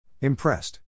Impressed